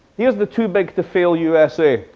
here's the too big to fail usa.